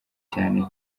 cyane